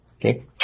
Okay